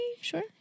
Sure